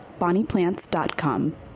bonnieplants.com